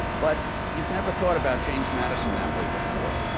but, you've never thought about james madison that way before.